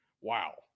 Wow